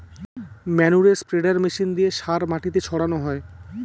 ম্যানুরে spreader machine দিয়ে সার মাটিতে ছড়ানো হয়